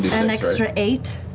an extra eight.